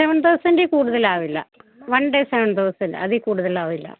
seven തൗസൻഡില് കൂടുതലാവില്ല one day seven thousand അതില്ക്കൂടുതലാവില്ല